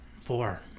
Four